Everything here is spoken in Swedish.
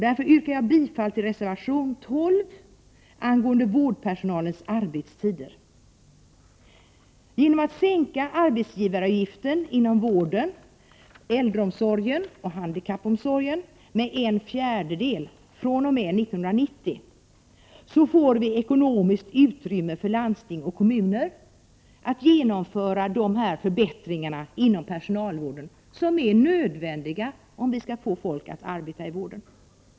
Därför yrkar jag bifall till reservation 12 angående vårdpersonalens arbetstider. Genom att sänka arbetsgivaravgiften inom vården, äldreomsorgen och handikappomsorgen med en fjärdedel fr.o.m. 1990 får vi ekonomiskt utrymme för landsting och kommuner att genomföra de förbättringar inom personalvården som är nödvändiga om vi skall få folk att arbeta i vården.